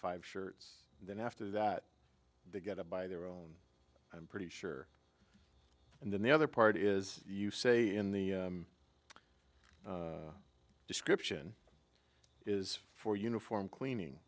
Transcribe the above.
five shirts and then after that they get to buy their own i'm pretty sure and then the other part is you say in the description is for uniform cleaning